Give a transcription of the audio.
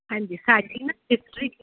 ਹਾਂਜੀ ਸਾਡੀ ਨਾ ਹਿਸਟਰੀ